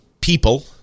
people –